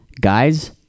guys